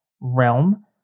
realm